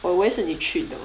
我以为是你去的